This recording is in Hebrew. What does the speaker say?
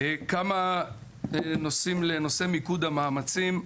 נושא מיקוד המאמצים,